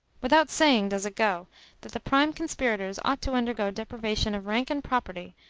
without saying does it go that the prime conspirators ought to undergo deprivation of rank and property,